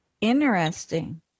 Interesting